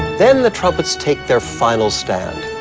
then the trumpets take their final stand.